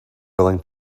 willing